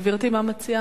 מה גברתי מציעה?